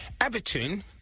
Everton